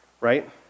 right